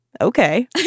okay